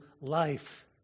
life